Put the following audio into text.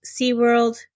SeaWorld